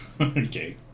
Okay